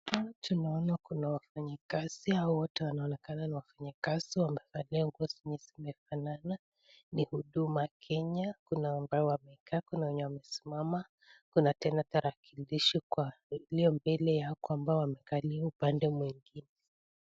Hapa tunaona kuna wafanyakazi, hawa wote wanaonekana ni wafanyakazi wamevalia nguo ambazo zinafanana ni huduma Kenya. Kuna wenye wamekaa, kuna wenye wamesimama . Kuna tena tarakilishi kwa iliyo mbele ya wale ambao wamekalia upande mwingine.